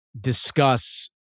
Discuss